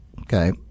okay